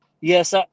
Yes